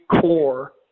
core